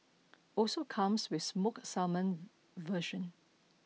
also comes with smoked salmon version